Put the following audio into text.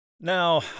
Now